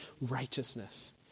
righteousness